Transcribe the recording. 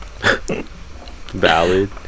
Valid